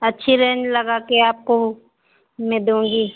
अच्छी रेंज लगा के आपको मैं दूँगी